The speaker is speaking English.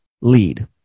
lead